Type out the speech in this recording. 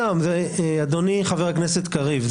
אדוני חבר הכנסת קריב,